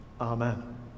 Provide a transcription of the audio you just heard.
amen